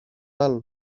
άλλο